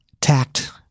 tact